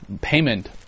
payment